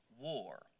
war